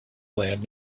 land